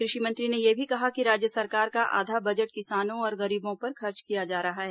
कृषि मंत्री ने यह भी कहा कि राज्य सरकार का आधा बजट किसानों और गरीबों पर खर्च किया जा रहा है